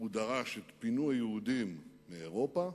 הוא דרש את פינוי היהודים מאירופה,